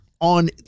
on